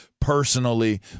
personally